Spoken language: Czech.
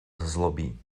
zlobí